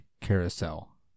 Carousel